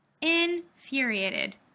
Infuriated